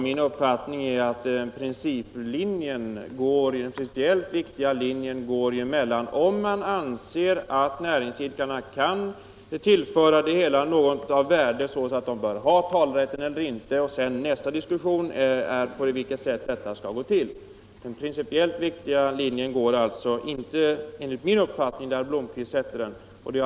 Min uppfattning är att den principiellt viktiga skiljelinjen utgörs av om man anser att näringsidkarna kan bidra med något av värde eller inte. Nästa diskussion blir hur deras talerätt skall utformas. Den principiellt viktiga gränsen går alltså enligt min uppfattning inte där herr Blomkvist drar den.